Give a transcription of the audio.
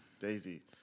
Daisy